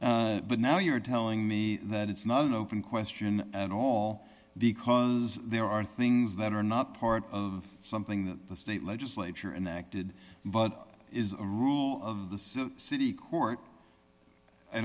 but now you're telling me that it's not an open question at all because there are things that are not part of something that the state legislature enacted but is a rule of the city court i